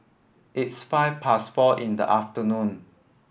its five past four in the afternoon